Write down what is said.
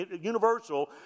universal